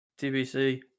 TBC